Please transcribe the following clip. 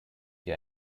die